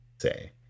say